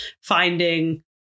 finding